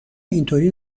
اینطوری